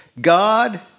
God